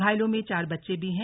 घायलों में चार बच्चे भी हैं